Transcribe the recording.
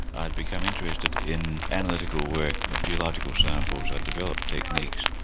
i'd become interested in analytical work of geological samples, i'd developed techniques,